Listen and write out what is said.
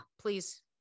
please